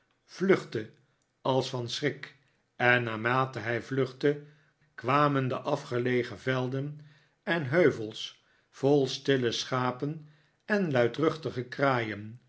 vluchtte als van schrik en naarmate hij vluchtte kwamen de afgelegen velden en heuvels vol stille schapen en luidruchtige kraaien